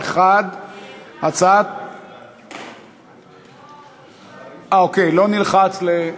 1. הכפתור לא נלחץ לי.